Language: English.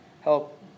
help